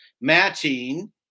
matching